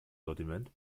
sortiment